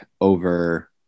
over